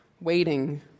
Waiting